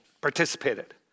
participated